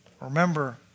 Remember